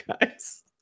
guys